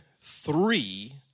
three